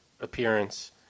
appearance